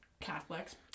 Catholics